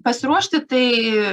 pasiruošti tai